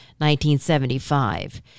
1975